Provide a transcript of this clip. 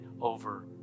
over